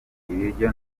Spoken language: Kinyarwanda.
ibiryo